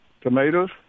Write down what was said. tomatoes